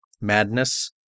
madness